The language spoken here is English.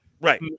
Right